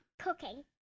cooking